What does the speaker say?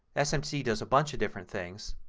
smc does a bunch of different things